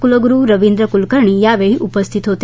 कुलगुरु रवींद्र कुलकर्णी आदी उपस्थित होते